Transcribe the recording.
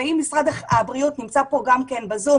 אם משרד הבריאות נמצא פה בזום,